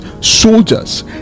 soldiers